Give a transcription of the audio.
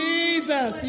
Jesus